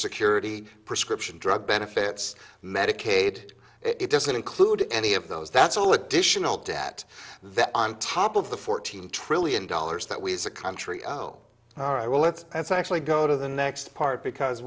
security prescription drug benefits medicaid it doesn't include any of those that's all additional debt that on top of the fourteen trillion dollars that we as a country oh all right well let's actually go to the next part because